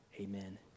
amen